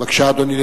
בבקשה, אדוני.